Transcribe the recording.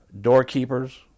Doorkeepers